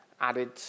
added